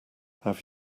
have